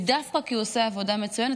ודווקא כי הוא עושה עבודה מצוינת,